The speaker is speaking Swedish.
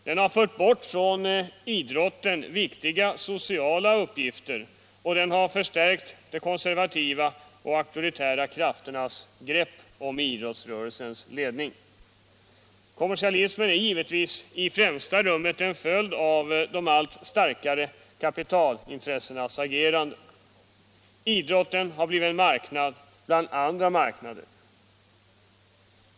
Den har fört bort från idrotten viktiga sociala uppgifter och den har förstärkt de konservativa och auktoritära krafternas grepp om idrottsrörelsens ledning. Kommersialismen är givetvis i främsta rummet en följd av de allt starkare kapitalintressenas agerande. Idrotten har blivit en marknad bland andra marknader.